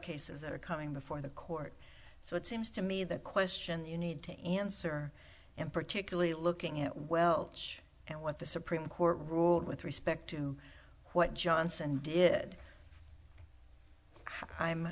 cases that are coming before the court so it seems to me the question you need to answer and particularly looking at welsh and what the supreme court ruled with respect to what johnson did